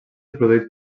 produït